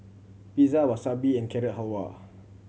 Pizza Wasabi and Carrot Halwa